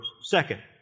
Second